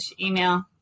email